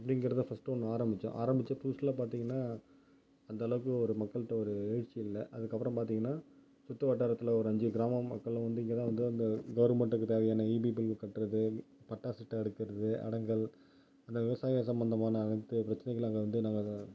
அப்படிங்கிறத ஃபர்ஸ்ட்டு ஒன்று ஆரம்பித்தோம் ஆரம்பித்த புதுசில் பார்த்தீங்கன்னா அந்த அளவுக்கு ஒரு மக்கள்கிட்ட ஒரு எழுச்சி இல்லை அதுக்கப்புறம் பார்த்தீங்கனா சுற்றுவட்டாரத்துல ஒரு அஞ்சு கிராம மக்களும் வந்து இங்கே தான் வந்து அந்த கவர்மெண்ட்டுக்கு தேவையான ஈபி பில் கட்டுகிறது பட்டா சிட்டா எடுக்கிறது அடங்கல் அந்த விவசாய சம்பந்தமான அனைத்து பிரச்சினங்களையும் அங்கே வந்து நாங்கள்